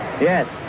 Yes